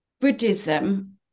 Buddhism